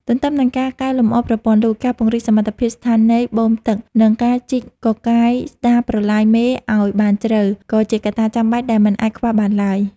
ទន្ទឹមនឹងការកែលម្អប្រព័ន្ធលូ ការពង្រឹងសមត្ថភាពស្ថានីយបូមទឹក និងការជីកកកាយស្តារប្រឡាយមេឱ្យបានជ្រៅ ក៏ជាកត្តាចាំបាច់ដែលមិនអាចខ្វះបានឡើយ។